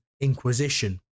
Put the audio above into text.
Inquisition